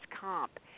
comp